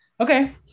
Okay